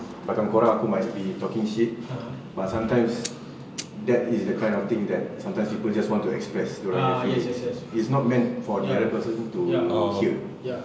belakang korang aku might be talking shit but sometimes that is the kind of thing that sometimes people just want to express dorangnya feelings it's not meant for the other person to hear ya